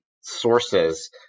sources